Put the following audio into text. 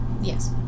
Yes